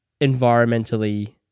environmentally